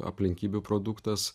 aplinkybių produktas